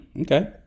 Okay